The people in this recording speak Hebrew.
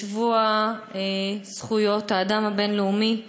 בשבוע זכויות האדם הבין-לאומי,